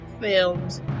Films